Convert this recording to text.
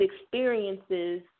experiences